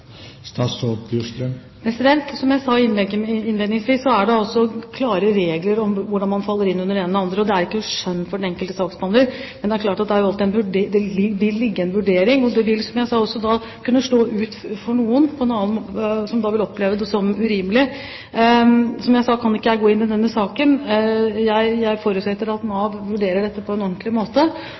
Som jeg sa innledningsvis, er det altså klare regler for hva som faller inn under det ene eller det andre og ikke skjønnet til den enkelte saksbehandler. Men det er klart at det alltid vil være en vurdering, og det vil, som jeg sa, også for noen kunne slå ut slik at det oppleves som urimelig. Som jeg sa, kan jeg ikke gå inn i denne saken. Jeg forutsetter at Nav vurderer dette på en ordentlig måte.